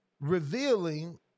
revealing